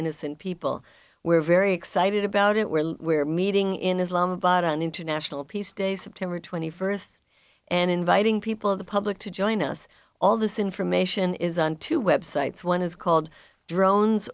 innocent people were very excited about it where we're meeting in islam but on an international peace day september twenty first and inviting people of the public to join us all this information is on two websites one is called drones